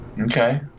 Okay